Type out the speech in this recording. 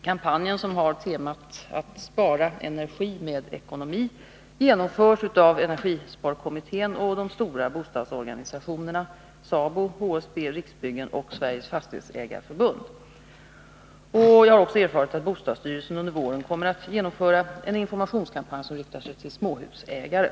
Kampanjen, som har temat ”Att spara energi med ekonomi”, genomförs av energisparkommittén och de stora bostadsorganisationerna SABO, HSB, Riksbyggen och Sveriges Fastighetsägareförbund. Jag har också erfarit att bostadsstyrelsen under våren kommer att genomföra en informationskam Nr 102 panj som riktar sig till småhusägare.